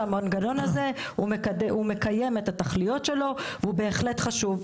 זה שהמנגנון הזה מקדם את התכליות שלו והוא בהחלט חשוב.